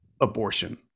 abortion